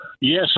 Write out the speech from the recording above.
Yes